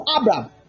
Abraham